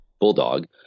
bulldog